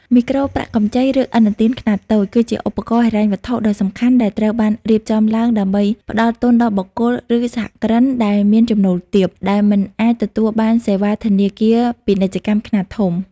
មីក្រូប្រាក់កម្ចី ឬឥណទានខ្នាតតូច គឺជាឧបករណ៍ហិរញ្ញវត្ថុដ៏សំខាន់ដែលត្រូវបានរៀបចំឡើងដើម្បីផ្ដល់ទុនដល់បុគ្គល ឬសហគ្រិនដែលមានចំណូលទាប ដែលមិនអាចទទួលបានសេវាធនាគារពាណិជ្ជខ្នាតធំ។